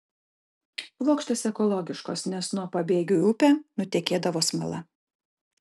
plokštės ekologiškos nes nuo pabėgių į upę nutekėdavo smala